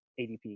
adp